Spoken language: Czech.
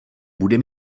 bude